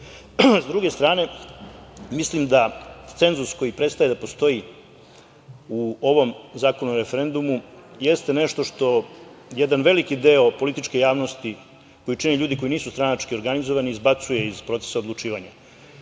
druge strane, mislim da cenzus koji prestaje da postoji u ovom zakonu o referendumu jeste nešto što jedan veliki deo političke javnosti koji čine ljudi koji nisu stranački organizovani izbacuje iz procesa odlučivanja.